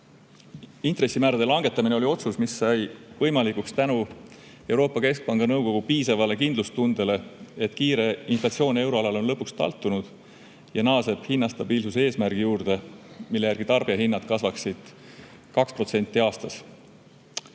Intressimäärade langetamine sai võimalikuks tänu Euroopa Keskpanga nõukogu piisavale kindlustundele, et kiire inflatsioon euroalal on lõpuks taltunud ja naaseb hinnastabiilsuse eesmärgi juurde, mille järgi kasvaksid tarbijahinnad 2% aastas.